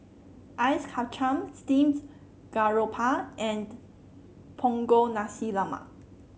Ice Kachang Steamed Garoupa and Punggol Nasi Lemak